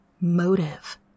motive